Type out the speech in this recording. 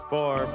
Four